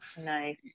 nice